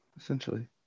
essentially